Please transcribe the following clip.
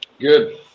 good